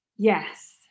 Yes